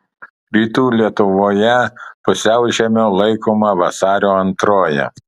rytų lietuvoje pusiaužiemiu laikoma vasario antroji